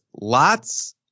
lots